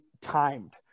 timed